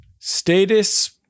Status